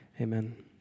Amen